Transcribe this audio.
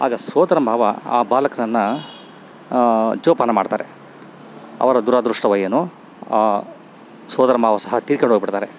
ಆಗ ಸೋದರ ಮಾವ ಆ ಬಾಲಕನನ್ನು ಜೋಪಾನ ಮಾಡ್ತಾರೆ ಅವರ ದುರಾದೃಷ್ಟವೋ ಏನೋ ಆ ಸೋದರ ಮಾವ ಸಹ ತಿರ್ಕೊಂಡೋಗ್ಬಿಡ್ತಾರೆ